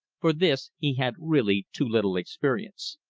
for this he had really too little experience.